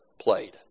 played